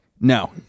no